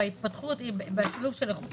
ההתפתחות והשילוב של הגנת